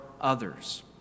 others